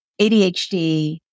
ADHD